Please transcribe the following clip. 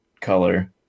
color